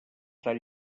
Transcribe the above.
tan